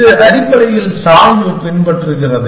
இது அடிப்படையில் சாய்வு பின்பற்றுகிறது